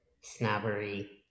snobbery